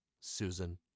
Susan